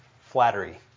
flattery